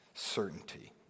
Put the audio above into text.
Certainty